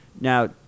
Now